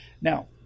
Now